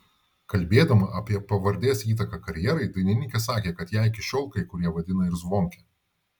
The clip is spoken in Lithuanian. kalbėdama apie pavardės įtaką karjerai dainininkė sakė kad ją iki šiol kai kurie vadina ir zvonke